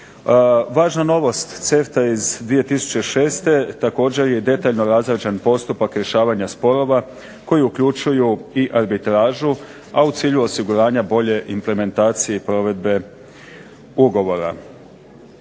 Važna novost CEFTA-e iz 2006. također je detaljno razrađen postupak rješavanja sporova koji uključuju i arbitražu, a u cilju osiguravanja bolje implementacije i provedbe ugovora.